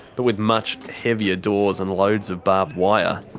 but with much heavier doors and loads of barbed wire.